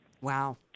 Wow